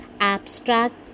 abstract